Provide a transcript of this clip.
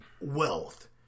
wealth